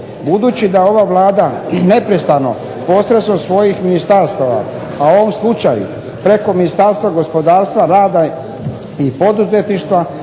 Budući da ova Vlada neprestano posredstvom svojih ministarstava, a u ovom slučaju preko Ministarstva gospodarstva, rada i poduzetništva